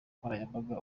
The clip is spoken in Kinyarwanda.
nkoranyambaga